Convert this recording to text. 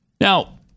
Now